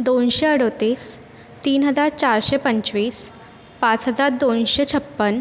दोनशे अडतीस तीन हजार चारशे पंचवीस पाच हजार दोनशे छप्पन